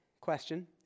question